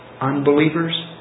Unbelievers